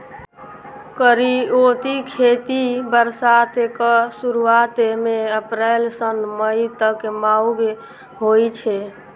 करियौती खेती बरसातक सुरुआत मे अप्रैल सँ मई तक बाउग होइ छै